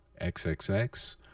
xxx